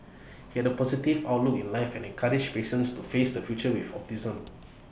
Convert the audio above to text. he had A positive outlook in life and encouraged patients to face the future with optimism